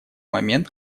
момент